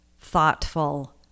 thoughtful